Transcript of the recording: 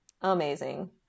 amazing